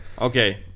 Okay